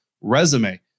resume